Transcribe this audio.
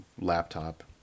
laptop